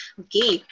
okay